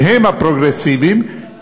שהם הפרוגרסיביים,